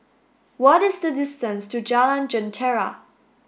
what is the distance to Jalan Jentera